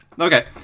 Okay